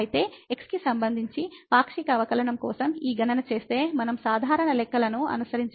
కాబట్టి x కి సంబంధించి పాక్షిక అవకలనం కోసం ఈ గణన చేస్తే మనం సాధారణ లెక్కలను అనుసరించవచ్చు